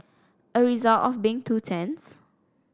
a result of being two tents